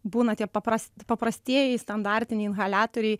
būna tie paprast paprastieji standartiniai inhaliatoriai